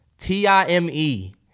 T-I-M-E